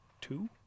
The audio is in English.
two